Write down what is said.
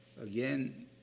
Again